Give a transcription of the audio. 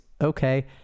Okay